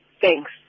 thanks